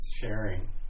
sharing